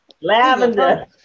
Lavender